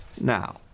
Now